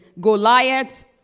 Goliath